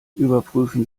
überprüfen